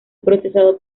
procesado